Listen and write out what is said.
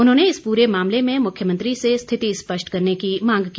उन्होंने इस पूरे मामले में मुख्यमंत्री से स्थिति स्पष्ट करने की मांग की